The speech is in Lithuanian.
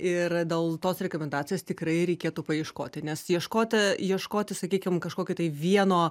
ir dėl tos rekomendacijos tikrai reikėtų paieškoti nes ieškoti ieškoti sakykim kažkokio tai vieno